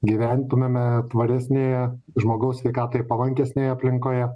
gyventumėme tvaresnėje žmogaus sveikatai palankesnėje aplinkoje